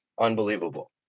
Unbelievable